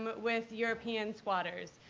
but with european squatters.